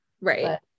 right